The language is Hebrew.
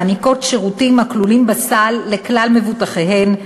מעניקות שירותים הכלולים בסל לכלל מבוטחיהן.